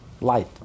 light